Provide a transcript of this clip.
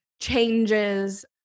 changes